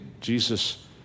Jesus